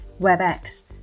WebEx